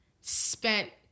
spent